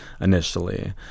initially